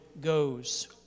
goes